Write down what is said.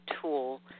tool